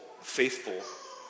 faithful